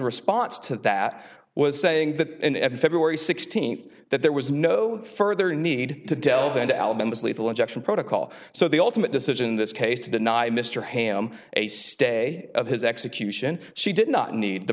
response to that was saying that in every february sixteenth that there was no further need to tell the album's lethal injection protocol so the ultimate decision in this case to deny mr hamm a stay of his execution she did not need the